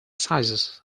sizes